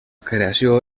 creació